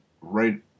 Right